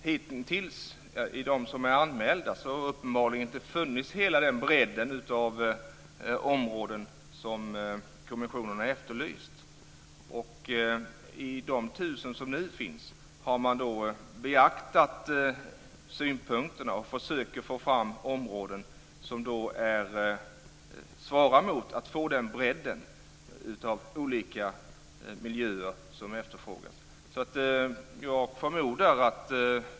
Fru talman! Bland de hittills anmälda områdena har det uppenbarligen inte funnits hela den bredd som kommissionen har efterlyst. När det gäller de 1 000 områden som nu är aktuella har man beaktat synpunkterna och försöker få fram områden som skulle göra att vi får den bredd av miljöer som efterfrågas.